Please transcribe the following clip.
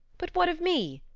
but what of me?